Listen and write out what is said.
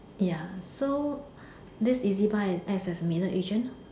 ya so this E_Z buy is acts as a middle agent